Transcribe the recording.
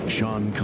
Sean